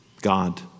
God